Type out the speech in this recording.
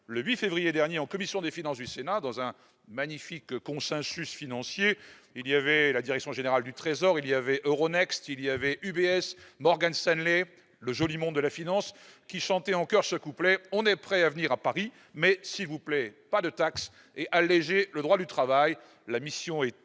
le 8 février dernier en commission des finances du Sénat dans un magnifique Consensus financier et il y avait la direction générale du Trésor il y avait, Euronext, il y avait, UBS, Morgan Stanley, le joli monde de la finance qui chantaient en choeur ce couplet : on est prêt à venir à Paris, mais s'il vous plaît, pas de taxe et alléger le droit du travail, la mission est quasiment